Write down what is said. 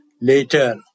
later